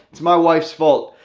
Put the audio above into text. it's my wife's fault.